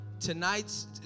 Tonight's